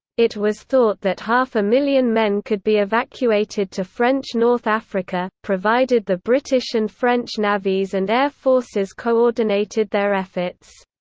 it was thought that half a million men could be evacuated to french north africa, provided the british and french navies and air forces coordinated their efforts.